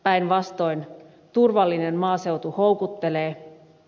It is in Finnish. päinvastoin turvallinen maaseutu houkuttelee